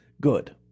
good